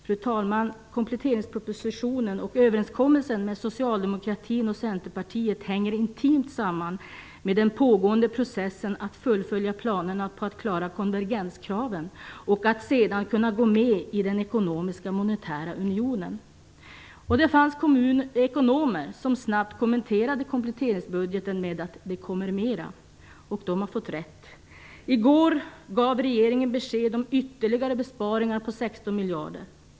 Fru talman! Kompletteringspropositionen och överenskommelsen mellan socialdemkratin och Centerpartiet hänger intimt samman med processen att fullfölja planerna på att klara konvergenskraven och att sedan kunna gå med i den ekonomiska, monetära unionen. Det fanns ekonomer som snabbt kommenterade kompletteringspropositionen med "det kommer mera". De har fått rätt. I går gav regeringen besked om ytterligare besparingar på 16 miljarder.